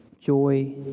joy